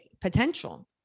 potential